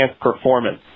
Performance